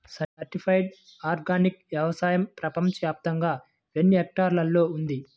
Certified organic వ్యవసాయం ప్రపంచ వ్యాప్తముగా ఎన్నిహెక్టర్లలో ఉంది?